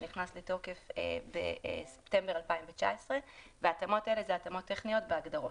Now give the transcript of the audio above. שנכנס לתוקף בספטמבר 2019. ההתאמות האלה הן התאמות טכניות של ההגדרות.